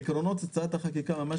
עקרונות הצעת החקיקה -- אבנר,